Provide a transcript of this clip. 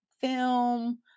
film